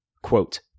Quote